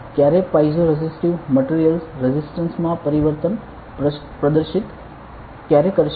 ક્યાંરે piezo resistive materials resistance માં પરિવર્તન પ્રદર્શિત ક્યારે કરશે